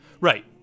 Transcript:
Right